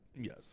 Yes